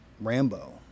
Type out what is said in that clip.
Rambo